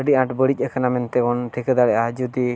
ᱟᱹᱰᱤ ᱟᱸᱴ ᱵᱟᱹᱲᱤᱡ ᱟᱠᱟᱱᱟ ᱢᱮᱱᱛᱮᱵᱚᱱ ᱴᱷᱤᱠᱟᱹ ᱫᱟᱲᱮᱭᱟᱜᱼᱟ ᱡᱩᱫᱤ